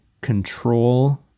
control